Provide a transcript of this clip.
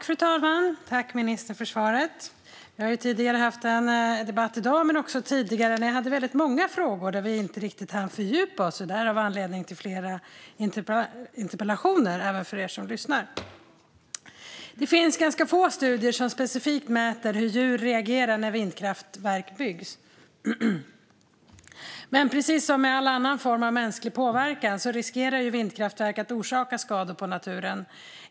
Fru talman! Tack för svaret, ministern! Vi har haft en debatt tidigare i dag, och även ännu tidigare, där jag hade väldigt många frågor och där vi inte riktigt hann fördjupa oss. Det är anledningen till att det blev flera interpellationer, kan jag berätta även för er som lyssnar. Det finns ganska få studier som specifikt mäter hur djur reagerar när vindkraftverk byggs, men precis som med all annan form av mänsklig påverkan riskerar vindkraftverk att orsaka skador på naturen.